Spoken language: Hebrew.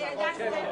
הישיבה ננעלה